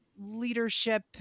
leadership